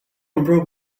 improve